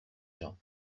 gens